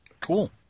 Cool